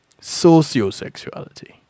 Sociosexuality